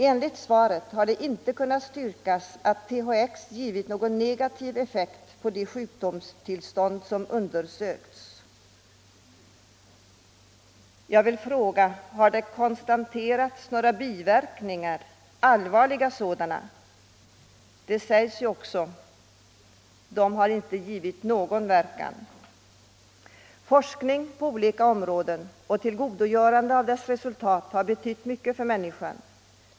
Enligt svaret har det inte kunnat styrkas att THX gett någon positiv effekt på de sjukdomstillstånd som undersökts. Jag vill då fråga: Har det konstaterats några biverkningar, några allvarliga sådana? 17 Forskning på olika områden och tillgodogörande av dess resultat har betytt mycket för människan.